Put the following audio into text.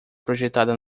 projetada